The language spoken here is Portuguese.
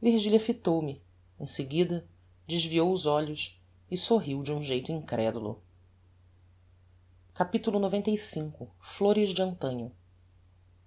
virgilia fitou-me em seguida desviou os olhos e sorriu de um geito incredulo capitulo xcv flores de antanho